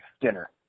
Dinner